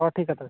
ᱦᱳᱭ ᱴᱷᱤᱠᱟ ᱛᱚᱵᱮ